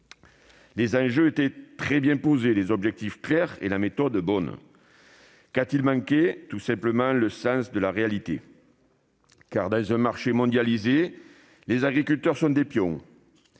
Les enjeux étaient très bien posés, les objectifs étaient clairs et la méthode était bonne. Qu'a-t-il manqué ? Tout simplement le sens de la réalité ! Dans un marché mondialisé, en effet, les agriculteurs sont des pions.